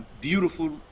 beautiful